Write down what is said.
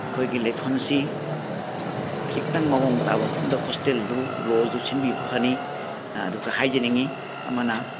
ꯑꯩꯈꯣꯏꯒꯤ ꯂꯩꯐꯝꯁꯤ ꯈꯤꯇꯪ ꯃꯑꯣꯡ ꯇꯥꯕ ꯃꯐꯝꯗ ꯍꯣꯁꯇꯦꯜꯗꯨ ꯂꯣꯗꯁꯗꯨ ꯁꯤꯟꯕꯤꯕꯅ ꯐꯅꯤ ꯍꯥꯏꯖꯅꯤꯡꯏ ꯑꯃꯅ